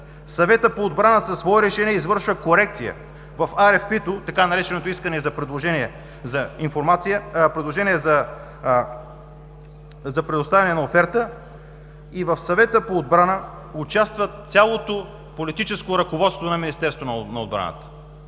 Съветът по отбрана със свое решение извършва корекция в RFP-то, така нареченото „искане за предложение за предоставяне на оферта“ и в Съвета по отбрана участва цялото политическо ръководство на Министерството на отбраната,